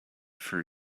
for